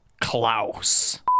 Klaus